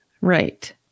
Right